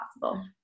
possible